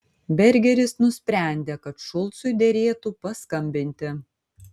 bergeris nusprendė kad šulcui derėtų paskambinti